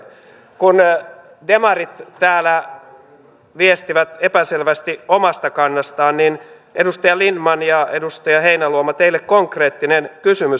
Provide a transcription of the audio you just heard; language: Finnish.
kun demarit täällä viestivät epäselvästi omasta kannastaan niin edustaja lindtman ja edustaja heinäluoma teille konkreettinen kysymys